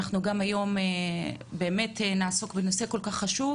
ואנחנו היום נעסוק בנושא כל כך חשוב,